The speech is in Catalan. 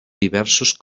diversos